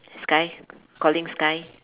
sky calling sky